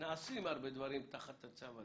ונעשים הרבה דברים תחת הצו הזה,